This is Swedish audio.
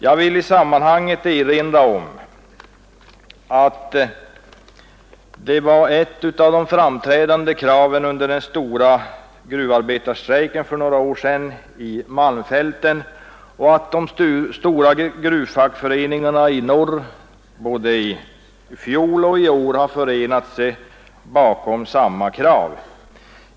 Jag vill i sammanhanget erinra om att detta var ett av de framträdande kraven under den stora gruvarbetarstrejken vid malmfälten för några år sedan och att de stora gruvarbetarfackföreningarna i norr både i fjol och i år har förenat sig om samma krav.